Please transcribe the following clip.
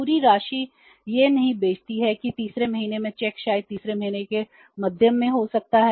पूरी राशि यह नहीं भेजती है कि तीसरे महीने में चेक शायद तीसरे महीने के मध्य में हो सकता है